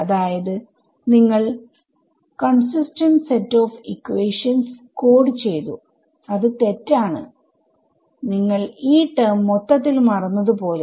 അതായത് നിങ്ങൾ consistent set of equations code ചെയ്തു അത് തെറ്റാണ്നിങ്ങൾ ടെർമ് മൊത്തത്തിൽ മറന്നത് പോലെ